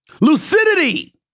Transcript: Lucidity